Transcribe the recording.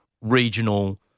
regional